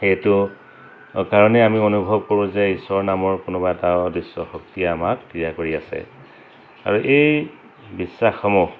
সেইটো কাৰণেই আমি অনুভৱ কৰোঁ যে ঈশ্বৰ নামৰ কোনোবা এটা অদৃশ্য শক্তিয়ে আমাক ক্ৰিয়া কৰি আছে আৰু এই বিশ্বাসসমূহ